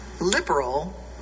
liberal